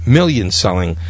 million-selling